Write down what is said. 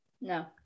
No